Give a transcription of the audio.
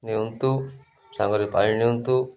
ନିଅନ୍ତୁ ସାଙ୍ଗରେ ପାଣି ନିଅନ୍ତୁ